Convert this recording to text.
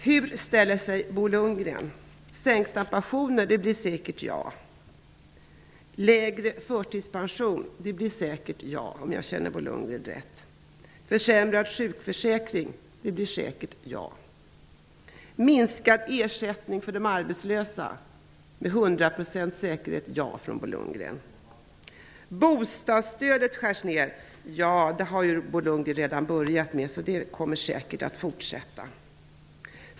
Det innehåller följande punkter: Sänkta pensioner; svaret blir säkert ett ja. Lägre förtidspension; svaret blir säkert ett ja, om jag känner Bo Lundgren rätt. Försämrad sjukförsäkring; svaret blir säkert ett ja. Minskad ersättning för arbetslösa; svaret blir med hundra procents säkerhet ett ja från Bo Lundgren. Bostadsstödet skärs ned; det har ju Bo Lundgren redan börjat med, så det kommer säkert att fortsätta.